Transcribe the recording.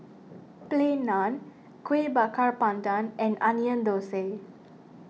Plain Naan Kueh Bakar Pandan and Onion Thosai